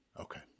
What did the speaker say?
Okay